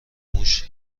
موش